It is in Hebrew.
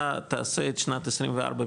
אתה תעשה את שנת 24,